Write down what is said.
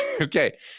okay